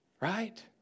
Right